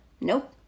nope